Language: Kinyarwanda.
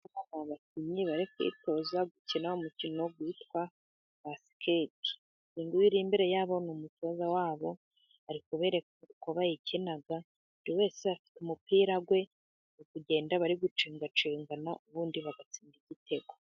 Abakinnyi bari kwitoza gukina umukino witwa basiketi, uriya uri imbere yabo ni umutoza wabo arikubereka uko bayikina. Buri wese afite umupira we, bari kugenda bari gucengacengana ubundi bagatsinda igitego.